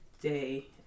day